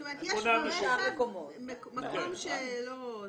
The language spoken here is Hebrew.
זאת אומרת, יש ברכב מקום שלא מנוצל.